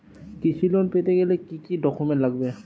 কৃষি লোন পেতে গেলে কি কি ডকুমেন্ট লাগবে?